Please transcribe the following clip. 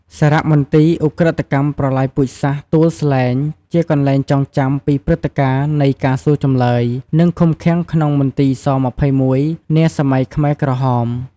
សារមន្ទីរឧក្រិដ្ឋកម្មប្រល័យពូជសាសន៍ទួលស្លែង ជាកន្លែងចងចាំពីព្រឹត្តការណ៍នៃការសួរចម្លើយ និងឃុំឃាំងក្នុងមន្ទីរ ស-២១ នាសម័យខ្មែរក្រហម។